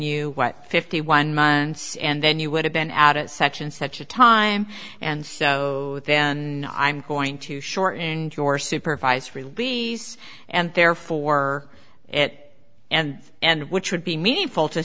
you fifty one months and then you would have been at it such and such a time and so then i'm going to shorten your supervised release and therefore it and and which would be meaningful to